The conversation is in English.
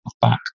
back